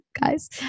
guys